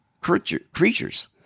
creatures